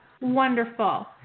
Wonderful